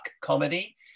comedy